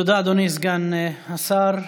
תודה, אדוני סגן השר.